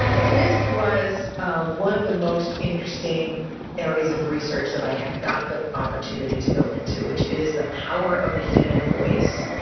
and this was ah one of the most interesting areas of research that i got the opportunity to go into, which is the power of the human voice.